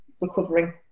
recovering